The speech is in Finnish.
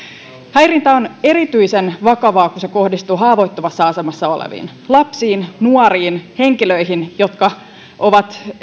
häirintä on erityisen vakavaa kun se kohdistuu haavoittuvassa asemassa oleviin lapsiin nuoriin henkilöihin jotka ovat